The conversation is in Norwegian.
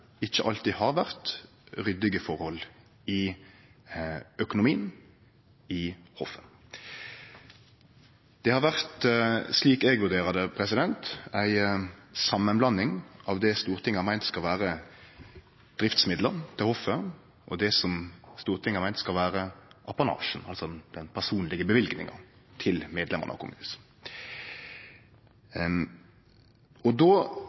ikkje alltid har vore ryddige forhold i økonomien ved hoffet. Det har vore, slik eg vurderer det, ei samanblanding av det Stortinget har meint skal vere driftsmidlar til hoffet, og det som Stortinget har meint skal vere apanasjen, altså den personlege løyvinga til medlemane av kongehuset. Då